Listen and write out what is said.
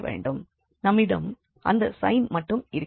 நம்மிடம் அந்த சைன் மட்டும் இருக்கிறது